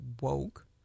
woke